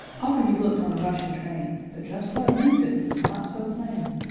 often you've looked on a rushing train, but just what moved it was not so plain.